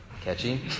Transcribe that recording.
Catchy